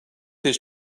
his